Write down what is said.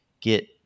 get